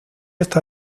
esta